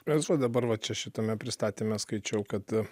aš va dabar va čia šitame pristatyme skaičiau kad